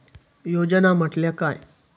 योजना म्हटल्या काय?